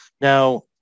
Now